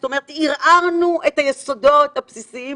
זאת אומרת ערערנו את היסודות הבסיסיים